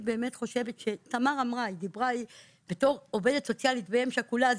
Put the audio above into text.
תמר אמרה וכעובדת סוציאלית וכאם שכולה,